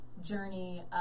journey